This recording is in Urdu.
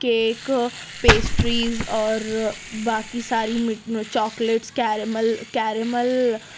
کیک پیسٹریز اور باقی ساری مٹ چاکلیٹس کیریمل کیریمل